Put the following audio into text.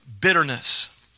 bitterness